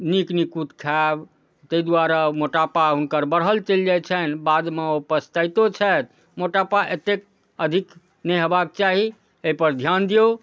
नीक निकुत खायब तै दुआरे मोटापा हुनकर बढ़ल चलि जाइ छनि बादमे ओ पछतैतो छथि मोटापा एते अधिक नहि हेबाक चाही अइपर ध्यान दियौ